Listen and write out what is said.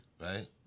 Right